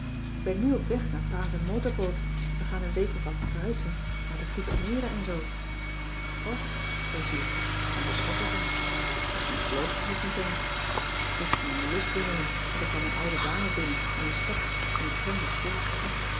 k ben nu op weg naar pa z'n motorboot we gaan een week of wat kruisen naar de friesche meren en zoo och zei zuurtje en ze schrok ervan misschien geloofde ze het niet eens ik ging aan de lus bungelen want er kwam een oude dame binnen met een stok en de tram was vol